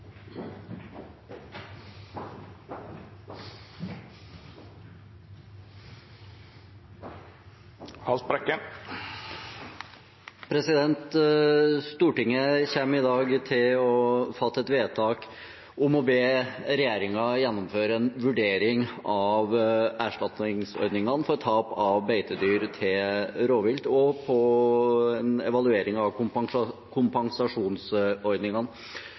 å fatte et vedtak om å be regjeringen foreta en vurdering av erstatningsordningene for tap av beitedyr til rovvilt og en evaluering av